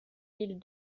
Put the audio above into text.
mille